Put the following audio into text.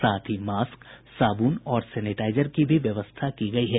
साथ ही मास्क साबुन और सेनेटाइजर की व्यवस्था भी की गयी है